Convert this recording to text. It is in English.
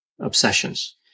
obsessions